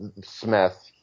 Smith